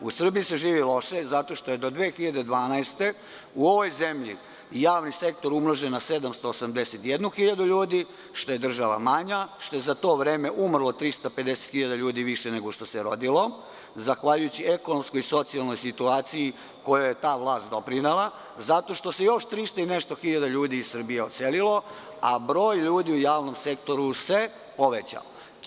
U Srbiji se živi loše zato što je do 2012. godine, u ovoj zemlji javni sektor umnožen na 781 hiljadu ljudi, što je država manja, što je za to vreme umrlo 350 hiljada ljudi više nego što se rodilo, zahvaljujući ekonomskoj i socijalnoj situaciji kojoj je ta vlast doprinela, zato što se još 300 i nešto hiljada ljudi iz Srbije odselilo, a broj ljudi u javnom sektoru se povećao.